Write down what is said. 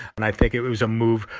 and i think it was a move,